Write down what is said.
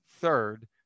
Third